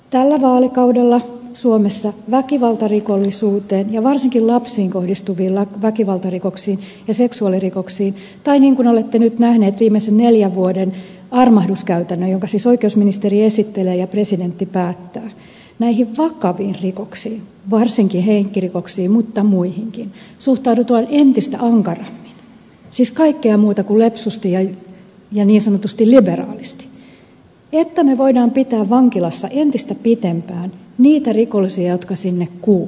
tällä vaalikaudella suomessa väkivaltarikollisuuteen ja varsinkin lapsiin kohdistuviin väkivaltarikoksiin ja seksuaalirikoksiin tai niin kuin olette nyt nähneet viimeisen neljän vuoden armahduskäytännön jossa siis oikeusministeri esittelee ja presidentti päättää näihin vakaviin rikoksiin varsinkin henkirikoksiin mutta muihinkin suhtaudutaan entistä ankarammin siis kaikkea muuta kuin lepsusti ja niin sanotusti liberaalisti niin että me voimme pitää vankilassa entistä pitempään niitä rikollisia jotka sinne kuuluvat